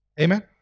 Amen